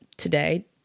today